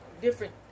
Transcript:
Different